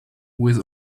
with